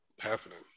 happening